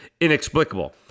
inexplicable